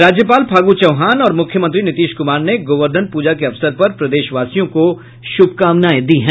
राज्यपाल फागू चौहान और मुख्यमंत्री नीतीश कुमार ने गोवर्धन पूजा के अवसर पर प्रदेशवासियों को शुभकामनाएं दी हैं